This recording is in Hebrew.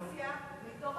אדוני, אנחנו גם מתוך